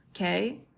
okay